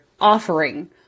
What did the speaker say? offering